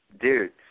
Dude